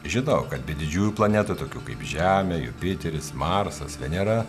žinojau kad be didžiųjų planetų tokių kaip žemė jupiteris marsas venera